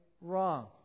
wrong